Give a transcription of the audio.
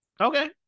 Okay